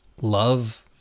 love